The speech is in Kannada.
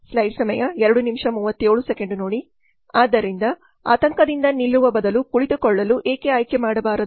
ಗ್ರಾಹಕರು ಆತಂಕದಿಂದ ನಿಲ್ಲುವ ಬದಲು ಕುಳಿತುಕೊಳ್ಳಲು ಏಕೆ ಆಯ್ಕೆ ಮಾಡಬಾರದು